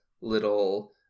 little